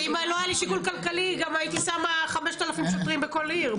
אם לא היה לי שיקול כלכלי גם הייתי שמה 5,000 שוטרים בכל עיר,